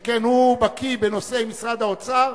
שכן הוא בקי בנושאי משרד האוצר,